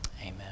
amen